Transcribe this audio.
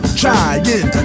trying